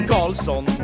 Carlson